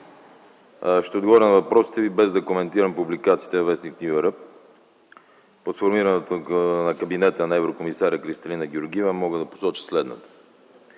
ще отговоря на въпросите Ви, без да коментирам публикациите във в. „Ню Юръп”. По сформирането на кабинета на еврокомисаря Кристалина Георгиева мога да посоча следното.